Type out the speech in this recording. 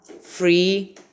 free